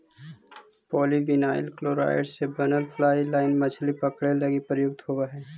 polyvinyl chloride से बनल fly line मछली पकडे लगी प्रयुक्त होवऽ हई